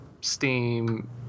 Steam